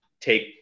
take